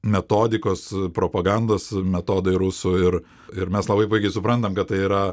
metodikos propagandos metodai rusų ir ir mes labai puikiai suprantam kad tai yra